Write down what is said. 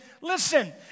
listen